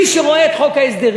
מי שרואה את חוק ההסדרים,